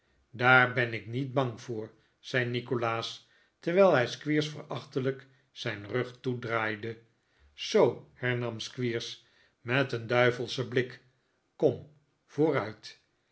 daar ben ik niet bang voor zei nikolaas terwijl hij squeers verachtelijk zijn rug toedraaide zoo hernam squeers met een duivelschen blik kom vooruit